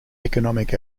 economic